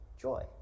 joy